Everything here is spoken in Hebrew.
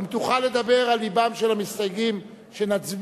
אם תוכל לדבר על לבם של המסתייגים שנצביע